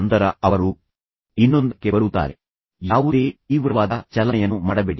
ಅದು ಕಾಲು ಬದಲಾಯಿಸುವುದು ನೀವು ಈ ಬದಿಯನ್ನು ಬದಲಾಯಿಸಿ ಮತ್ತು ಇನ್ನೊಂದು ಬದಿಯನ್ನು ಬದಲಾಯಿಸಿ ಮತ್ತು ನಂತರ ಯಾವುದೇ ತೀವ್ರವಾದ ಚಲನೆಯನ್ನು ಮಾಡಬೇಡಿ